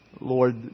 Lord